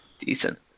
Decent